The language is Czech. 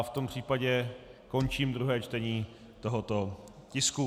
V tom případě končím druhé čtení tohoto tisku.